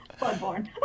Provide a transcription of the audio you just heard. Bloodborne